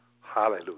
hallelujah